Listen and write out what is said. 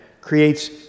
creates